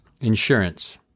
Insurance